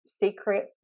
secret